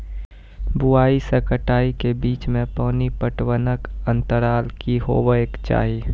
बुआई से कटाई के बीच मे पानि पटबनक अन्तराल की हेबाक चाही?